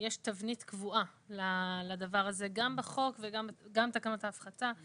יש תבנית קבועה לדבר הזה גם בחוק וגם בתקנות ההפחתה.